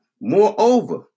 moreover